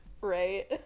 Right